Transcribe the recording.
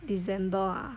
december ah